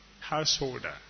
householder